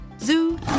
Zoo